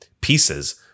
pieces